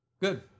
Good